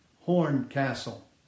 Horncastle